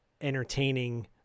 entertaining